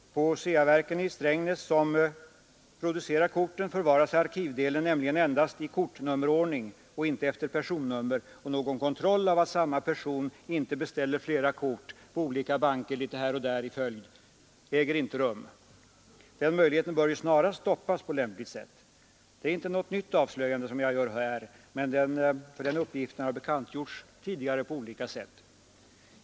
På Ceaverken i Strängnäs som producerar korten förvaras arkivdelen nämligen endast i kortnummerordning och inte efter personnummer, och någon kontroll att samma person inte beställer flera kort efter varandra på olika banker äger inte rum. Den möjligheten bör ju snarast stoppas på lämpligt sätt. Det är inte något nytt avslöjande som jag här gör. Den uppgiften har bekantgjorts tidigare på olika sätt.